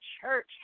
church